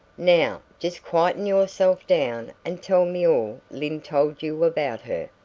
now, just quieten yourself down and tell me all lyne told you about her,